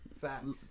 Facts